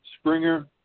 Springer